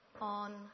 on